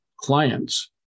clients